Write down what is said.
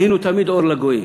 היינו תמיד אור לגויים.